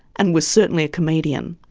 and was certainly a comedian.